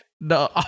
No